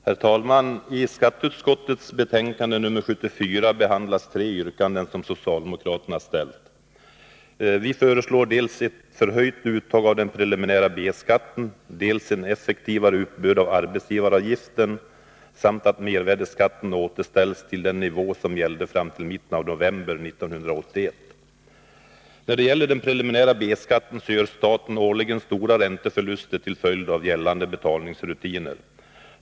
Herr talman! I skatteutskottets betänkande nr 74 behandlas tre yrkanden som socialdemokraterna ställt. Vi föreslår dels ett förhöjt uttag av den preliminära B-skatten, dels en effektivare uppbörd av arbetsgivaravgiften och dels att mervärdeskatten återställs till den nivå som gällde fram till mitten av november 1981. När det gäller den preliminära B-skatten, gör staten årligen stora ränteförluster till följd av gällande betalningsrutiner.